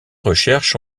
recherches